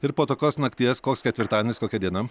ir po tokios nakties koks ketvirtadienis kokia diena